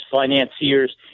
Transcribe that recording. financiers